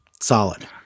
solid